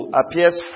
appears